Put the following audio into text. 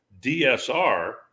DSR